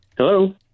Hello